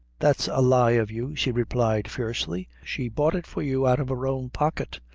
that's a lie of you, she replied, fiercely she bought it for you out of her own pocket.